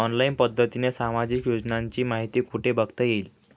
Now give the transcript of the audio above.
Online पद्धतीने सामाजिक योजनांची माहिती कुठे बघता येईल?